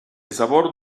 sabor